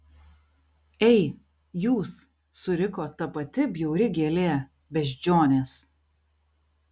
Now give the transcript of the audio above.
ei jūs suriko ta pati bjauri gėlė beždžionės